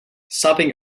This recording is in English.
stopping